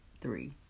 three